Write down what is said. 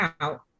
out